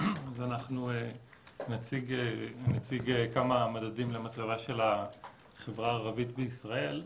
אנחנו נציג כמה מדדים למצבה של החברה הערבית בישראל.